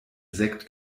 sekt